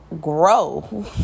grow